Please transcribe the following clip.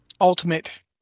ultimate